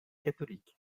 catholique